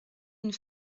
une